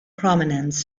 prominence